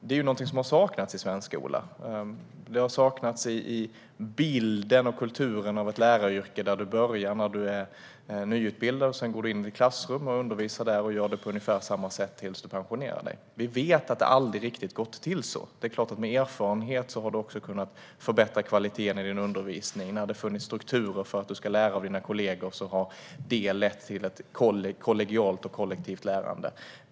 Det har saknats i svensk skola. Det har saknats i bilden av och kulturen för ett läraryrke. Bilden är att man börjar som nyutbildad, går in ett klassrum och undervisar där och gör det på ungefär samma sätt tills man pensioneras. Vi vet att det aldrig riktigt har gått till på det sättet. Det är klart att man med erfarenhet också har kunnat förbättra kvaliteten i undervisningen. När det har funnits strukturer för att lära av kollegor har det lett till ett kollegialt och kollektivt lärande.